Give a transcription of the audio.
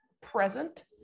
present